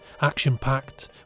action-packed